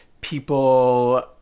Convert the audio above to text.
people